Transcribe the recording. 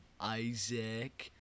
Isaac